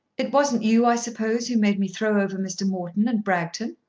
it wasn't you, i suppose, who made me throw over mr. morton and bragton.